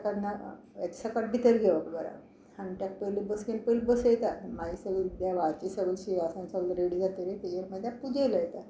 तेन्ना हेज्या सकट भितर घेवप घरा आनी तेका पयलीं बसके पयलीं बसयतात मागीर सगळी देवाची सगलें शिंवासान सगळें रेडी जातगेर तेगे मागीर पुजे लायतात